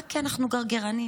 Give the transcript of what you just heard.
רק כי אנחנו גרגרנים.